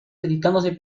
dedicándose